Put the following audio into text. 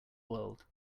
world